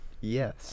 Yes